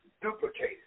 duplicated